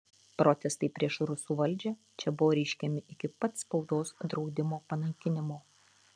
protestai prieš rusų valdžią čia buvo reiškiami iki pat spaudos draudimo panaikinimo